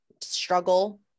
struggle